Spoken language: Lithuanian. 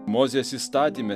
mozės įstatyme